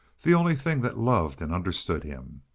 the only thing that loved and understood him?